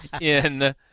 in-